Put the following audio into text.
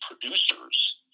producers